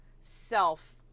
self